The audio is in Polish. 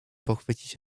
pochwycić